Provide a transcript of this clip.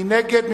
מי נגד?